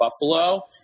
Buffalo